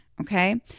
Okay